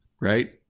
Right